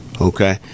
okay